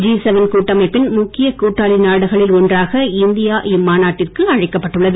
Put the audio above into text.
G seven கூட்டமைப்பின் முக்கிய கூட்டாளி நாடுகளில் ஒன்றாக இந்தியா இம்மாநாட்டிற்கு அழைக்கப்பட்டுள்ளது